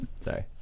Sorry